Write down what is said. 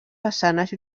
façanes